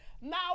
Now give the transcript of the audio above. Now